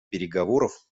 переговоров